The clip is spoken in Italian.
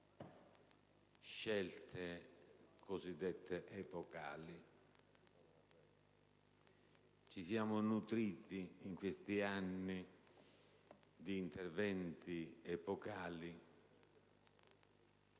scelte cosiddette epocali. Ci siamo nutriti in questi anni di interventi epocali